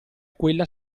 quella